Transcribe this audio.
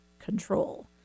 control